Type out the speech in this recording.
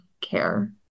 care